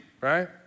right